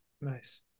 Nice